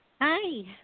Hi